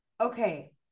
okay